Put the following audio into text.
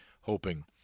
hoping